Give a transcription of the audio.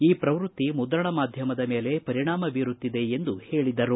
ಈ ಪ್ರವೃತ್ತಿ ಮುದ್ರಣ ಮಾಧ್ಯಮದ ಮೇಲೆ ಪರಿಣಾಮ ಬೀರುತ್ತಿದೆ ಎಂದು ಹೇಳದರು